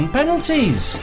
penalties